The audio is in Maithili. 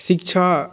शिक्षा